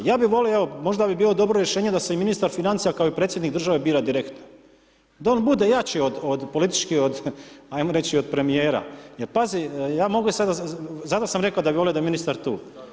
Ja bi volio evo možda bi bilo dobro rješenje da se i ministar financija kao i predsjednik države bira direktno, da on bude jači od politički od ajmo reći od premijera, jer pazi ja mogu sada zato sam reko da bi volio da je ministar tu.